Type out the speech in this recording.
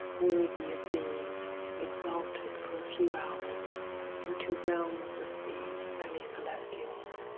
worthy of being exalted for a few hours into realms of the semi-celestials.